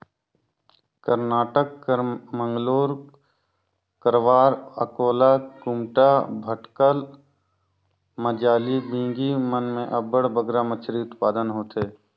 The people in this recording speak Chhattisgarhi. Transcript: करनाटक कर मंगलोर, करवार, अकोला, कुमटा, भटकल, मजाली, बिंगी मन में अब्बड़ बगरा मछरी उत्पादन होथे